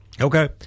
Okay